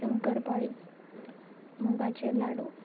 शंकर पाळी मुगाचे लाडू